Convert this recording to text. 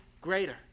greater